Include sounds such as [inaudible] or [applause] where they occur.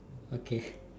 okay [breath]